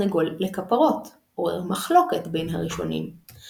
תפילת ערבית, נושאת אופי חגיגי עם הרבה פיוטים.